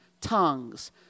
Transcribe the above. tongues